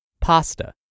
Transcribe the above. pasta